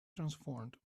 transformed